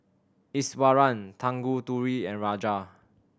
Iswaran Tanguturi and Raja